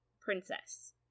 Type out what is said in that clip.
princess